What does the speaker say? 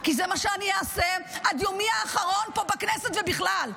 כי זה מה שאני אעשה עד יומי האחרון פה בכנסת ובכלל.